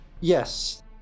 Yes